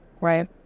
Right